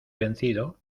vencido